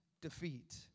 defeat